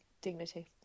Dignity